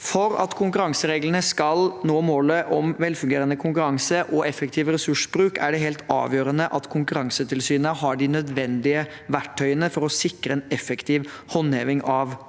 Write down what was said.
For at konkurransereglene skal nå målet om velfungerende konkurranse og effektiv ressursbruk, er det helt avgjørende at Konkurransetilsynet har de nødvendige verktøyene for å sikre en effektiv håndheving av regelverket.